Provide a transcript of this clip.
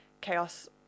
chaos